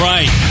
Right